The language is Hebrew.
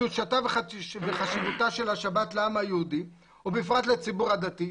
קדושתה וחשיבותה של השבת לעם היהודי ובפרט לציבור הדתי.